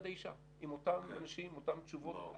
האישה עם אותם אנשים ועם אותן תשובות.